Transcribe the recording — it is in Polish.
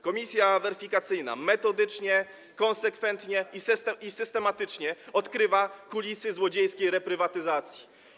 Komisja weryfikacyjna metodycznie, konsekwentnie i systematycznie odkrywa kulisy złodziejskiej reprywatyzacji.